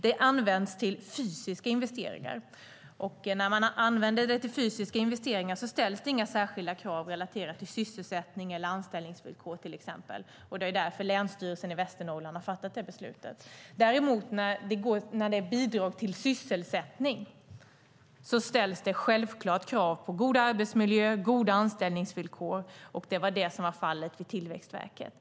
Det används till fysiska investeringar, och när man använder det till fysiska investeringar ställs det inga särskilda krav relaterade till sysselsättning eller anställningsvillkor, till exempel. Det är därför länsstyrelsen i Västernorrland har fattat det här beslutet. När det är bidrag till sysselsättning ställs det däremot självklart krav på god arbetsmiljö och goda anställningsvillkor. Det var det som var fallet i fråga om Tillväxtverket.